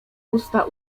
pusta